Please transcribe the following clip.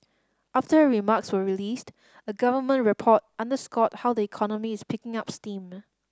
after her remarks were released a government report underscored how the economy is picking up steam